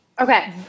Okay